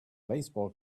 baseball